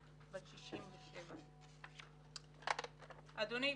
בת 67. אדוני,